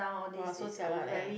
!wah! so jialat leh